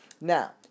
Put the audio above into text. Now